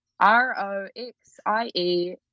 R-O-X-I-E